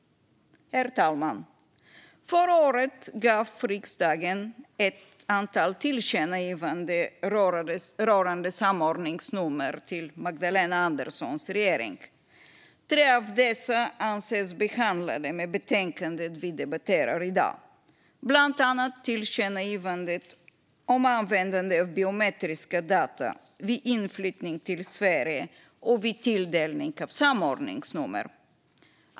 Herr talman! Förra året gjorde riksdagen ett antal tillkännagivanden till Magdalena Anderssons regering rörande samordningsnummer. Tre av dessa anses behandlade i det betänkande vi debatterar i dag, bland annat tillkännagivandet om användande av biometriska data vid inflyttning till Sverige och vid tilldelning av samordningsnummer.